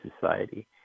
society